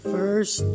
First